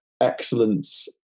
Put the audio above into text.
excellence